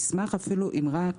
נשמח אפילו אם רק